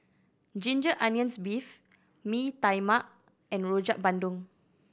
ginger onions beef Mee Tai Mak and Rojak Bandung